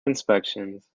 inspections